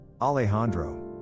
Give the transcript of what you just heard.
Alejandro